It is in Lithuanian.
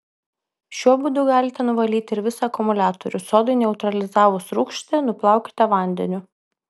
šiuo būdu galite nuvalyti ir visą akumuliatorių sodai neutralizavus rūgštį nuplaukite vandeniu